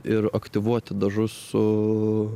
ir aktyvuoti dažus su